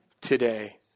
today